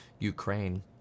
Ukraine